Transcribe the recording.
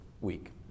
week